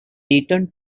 returned